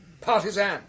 partisan